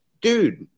dude